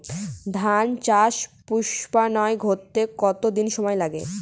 ধান চাষে পুস্পায়ন ঘটতে কতো দিন সময় লাগে?